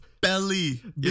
belly